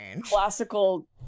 classical